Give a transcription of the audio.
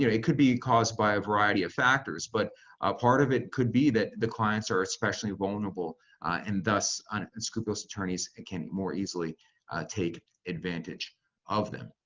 yeah it could be caused by a variety of factors. but part of it could be that the clients are especially vulnerable and thus unscrupulous attorneys and can more easily take advantage of them.